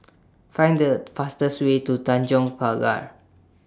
Find The fastest Way to Tanjong Pagar